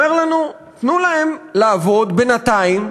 אומר לנו: תנו להם לעבוד בינתיים,